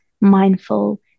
mindful